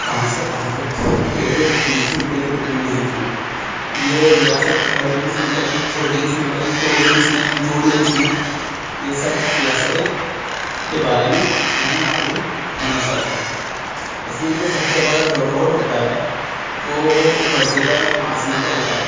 کہاں سے کہاں تک تھی پہلے کتنی تھی پہلے کتنی نہیں تھی یہ ریاست بڑی کس نے کری چھوٹی کس نے کری توڑی کس نے جوڑی کس نے یہ سب ریاستیں کے بارے میں ہمیں معلوم ہونا چاہیے اس میں جو سب سے بڑا جو رول ہوتا ہے وہ وزیر اعظم کا ہوتا ہے